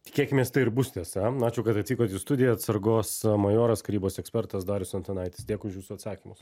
tikėkimės tai ir bus tiesa ačiū kad atvykot į studiją atsargos majoras karybos ekspertas darius antanaitis dėkui už jūsų atsakymus